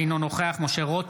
אינו נוכח משה רוט,